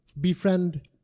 befriend